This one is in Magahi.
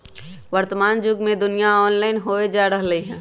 वर्तमान जुग में दुनिया ऑनलाइन होय जा रहल हइ